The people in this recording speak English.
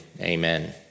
Amen